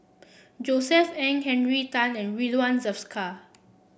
Josef Ng Henry Tan and Ridzwan Dzafir